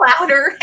louder